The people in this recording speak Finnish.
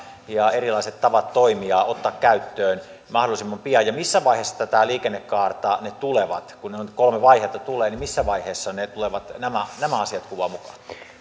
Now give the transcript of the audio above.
ja erilaiset tavat toimia ottamaan käyttöön mahdollisimman pian ja missä vaiheessa tätä liikennekaarta ne tulevat kun nyt kolme vaihetta tulee niin missä vaiheessa nämä asiat tulevat kuvaan mukaan